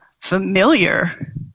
familiar